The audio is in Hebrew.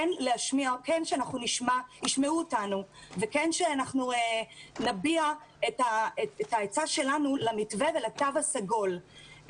כן ישמעו אותנו ושכן נביע את העצה שלנו למתווה ולקו הסגול.